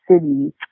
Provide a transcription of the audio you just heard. City